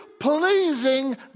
pleasing